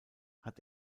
hat